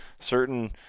certain